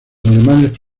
alemanes